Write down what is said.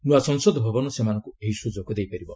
ନୂଆ ସଫସଦ ଭବନ ସେମାନଙ୍କୁ ଏହି ସୁଯୋଗ ଦେଇପାରିବ